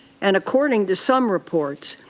and according to some reports,